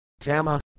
Tama